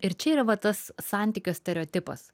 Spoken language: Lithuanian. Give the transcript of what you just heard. ir čia yra va tas santykio stereotipas